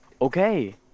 Okay